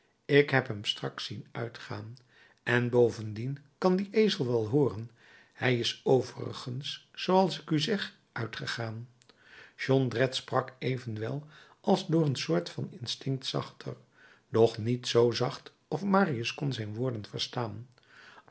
ik heb hem straks zien uitgaan en bovendien kan die ezel wel hooren hij is overigens zooals ik u zeg uitgegaan jondrette sprak evenwel als door een soort van instinct zachter doch niet zoo zacht of marius kon zijn woorden verstaan